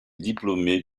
diplômée